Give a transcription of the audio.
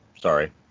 sorry